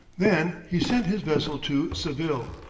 then he sent his vessel to seville,